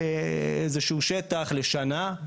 איזשהו שטח לשנה.